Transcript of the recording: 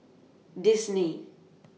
Disney